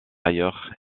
ailleurs